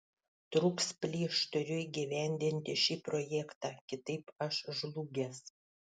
trūks plyš turiu įgyvendinti šį projektą kitaip aš žlugęs